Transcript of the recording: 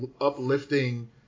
uplifting